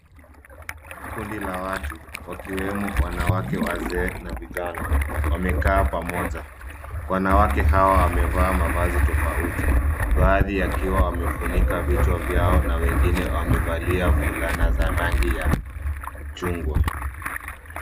Kundi la watu wakiwemo wanawake wazee na vijana wamekaa pamoja. Wanawake hawa wamevaa mavazi tofauti baadhi wakiwa wamefunika vichwa vyao na wengine wamevalia fulana za rangi ya chungwa.